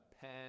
pen